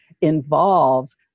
involves